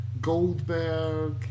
Goldberg